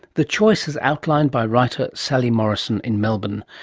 the choice as outlined by writer sally morrison in melbourne,